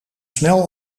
snel